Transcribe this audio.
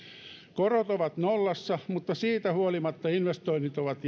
korot ovat nollassa mutta siitä huolimatta investoinnit ovat